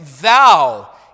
Thou